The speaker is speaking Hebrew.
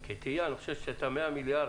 אני חושב שאת ה-100 מיליארד